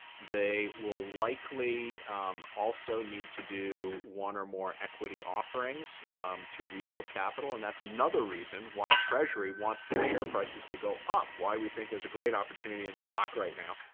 they will likely also need to do one or more equity offerings to rebuild capital. and that's another reason why treasury wants their share prices to go up why we think there's a great opportunity in the stock right now,